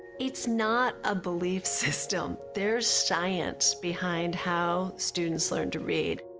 it's not a belief system, there's science behind how students learn to read.